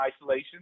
isolation